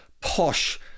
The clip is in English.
posh